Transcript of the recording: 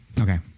Okay